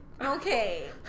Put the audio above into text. okay